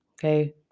Okay